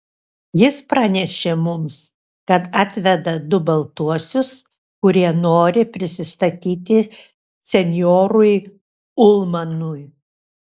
jis pranešė mums kad atveda du baltuosius kurie nori prisistatyti senjorui ulmanui